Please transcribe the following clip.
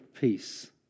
peace